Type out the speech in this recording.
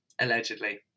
allegedly